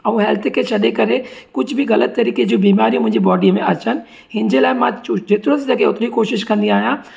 ऐं हेल्थ खे छॾे करे कुझु बि ग़लति तरीक़े जी बिमारियूं मुंहिंजी बॉडी में अचनि हिन जे लाइ मां जेतिरो थी सघे ओतिरी कोशिशि कंदी आहियां